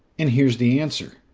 and here's the answer.